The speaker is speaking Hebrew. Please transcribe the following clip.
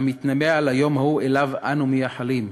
המתנבא על היום ההוא שאליו אנו מייחלים: